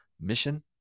mission